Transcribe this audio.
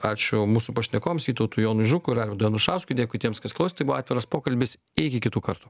ačiū mūsų pašnekovams vytautui jonui žukui ir arvydui anušauskui dėkui tiems kas klausėte tai buvo atviras pokalbis iki kitų kartų